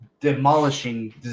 demolishing